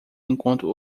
enquanto